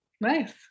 Nice